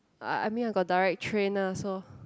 I I mean I got direct train lah so